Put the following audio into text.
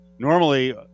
Normally